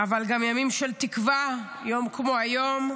אבל גם ימים של תקווה, יום כמו היום,